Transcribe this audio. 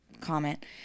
comment